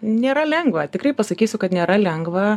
nėra lengva tikrai pasakysiu kad nėra lengva